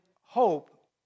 hope